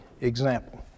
example